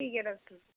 ठीक ऐ डॉक्टर जी